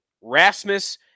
Rasmus